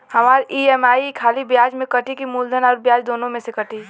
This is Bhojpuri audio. हमार ई.एम.आई खाली ब्याज में कती की मूलधन अउर ब्याज दोनों में से कटी?